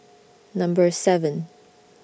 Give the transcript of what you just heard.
Number seven